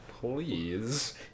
please